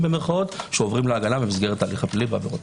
במירכאות שעוברים להגנה במסגרת ההליך הפלילי בעבירות.